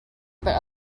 but